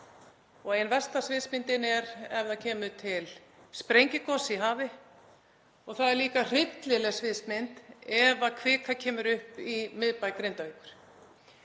Ein versta sviðsmyndin er ef það kemur til sprengigoss í hafi. Það er líka hryllileg sviðsmynd ef kvika kemur upp í miðbæ Grindavíkur.